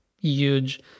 huge